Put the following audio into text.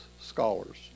scholars